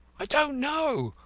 i don't know.